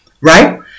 right